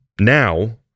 now